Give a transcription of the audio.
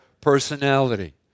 personality